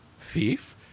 thief